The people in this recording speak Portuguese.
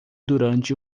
durante